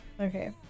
Okay